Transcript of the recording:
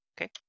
Okay